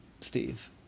Steve